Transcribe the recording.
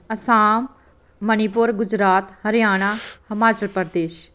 Assam Manipur Gujarat Haryana Himachal Pradesh